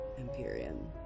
Empyrean